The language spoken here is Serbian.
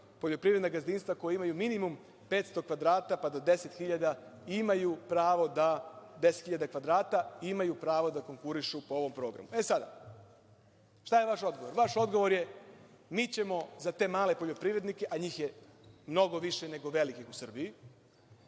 poljoprivredna gazdinstva koja imaju minimum 500 kvadrata do 10.000 imaju pravo da konkurišu po ovom programu.E sad, šta je vaš odgovor? Vaš odgovor je – mi ćemo za te male poljoprivrednike, a njih je mnogo više nego velikih u Srbiji,